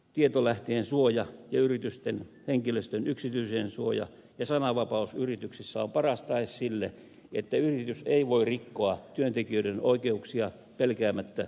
tietolähteen suoja ja yritysten henkilöstön yksityisyyden suoja ja sananvapaus yrityksissä on paras tae sille että yritys ei voi rikkoa työntekijöiden oikeuksia pelkäämättä julkisuutta